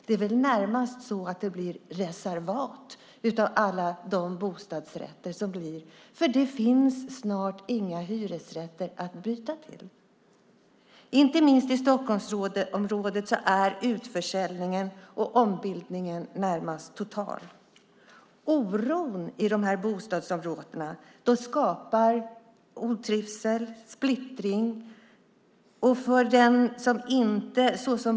Det är väl närmast så att det blir reservat av alla bostadsrätter. Det finns snart inga hyresrätter att byta till. Inte minst i Stockholmsområdet är utförsäljningen och ombildningen närmast total. Oron i de här bostadsområdena skapar otrivsel och splittring.